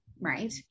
right